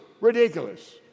ridiculous